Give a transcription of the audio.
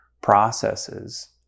processes